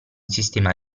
sistema